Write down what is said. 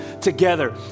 together